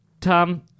Tom